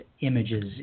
images